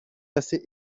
assez